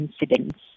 incidents